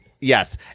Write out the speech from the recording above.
Yes